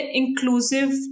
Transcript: inclusive